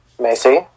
Macy